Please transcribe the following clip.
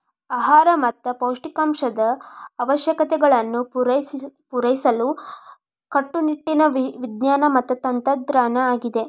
ಆಹಾರ ಮತ್ತ ಪೌಷ್ಟಿಕಾಂಶದ ಅವಶ್ಯಕತೆಗಳನ್ನು ಪೂರೈಸಲು ಕಟ್ಟುನಿಟ್ಟಿನ ವಿಜ್ಞಾನ ಮತ್ತ ತಂತ್ರಜ್ಞಾನ ಆಗಿದೆ